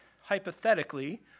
hypothetically